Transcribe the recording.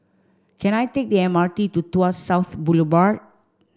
can I take the M R T to Tuas South Boulevard